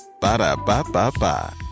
Ba-da-ba-ba-ba